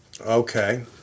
okay